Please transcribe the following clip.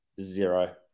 Zero